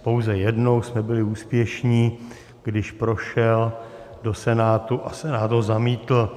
Pouze jednou jsme byli úspěšní, když prošel do Senátu a Senát ho zamítl.